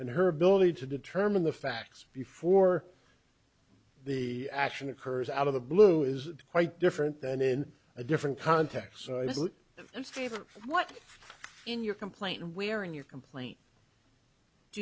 and her ability to determine the facts before the action occurs out of the blue is quite different than in a different context than stevens what in your complaint and where in your complaint do